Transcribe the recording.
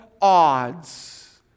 odds